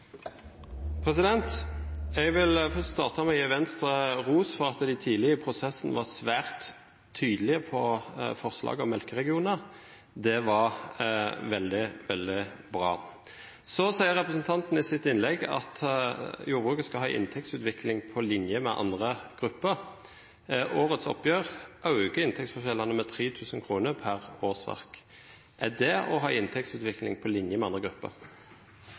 Jeg vil først starte med å gi Venstre ros for at de tidlig i prosessen var svært tydelige på forslaget om melkeregioner. Det var veldig, veldig bra. Så sier representanten i sitt innlegg at jordbruket skal ha en inntektsutvikling på linje med andre grupper. Årets oppgjør øker inntektsforskjellene med 3 000 kr per årsverk. Er det å ha en inntektsutvikling på linje med andre grupper?